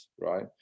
right